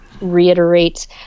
reiterate